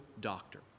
doctor